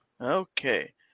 Okay